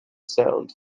sound